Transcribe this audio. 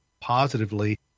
positively